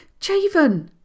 Javen